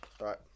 Right